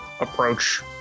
approach